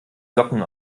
socken